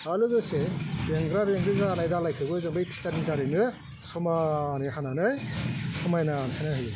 आरो लोगोसे बेंग्रा बेंग्रि जानाय दालाइखौबो जों बै फिटानि दारैनो समानै हानानै समायना खालायनो होयो